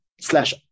slash